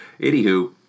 anywho